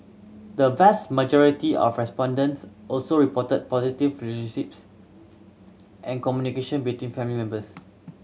the vast majority of respondents also reported positive relationships and communication between family members